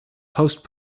post